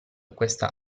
questa